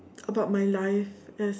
about my life as